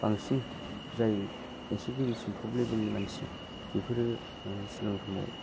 बांसिन जाय एसे गोजौसिन ट'प लेभेलनि मानसि बेफोरो सिगां समाव